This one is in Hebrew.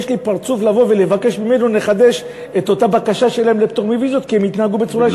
יש לי פרצוף לבוא ולבקש ממנו לחדש את אותה בקשה שלהם לפטור מוויזות?